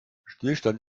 stillstand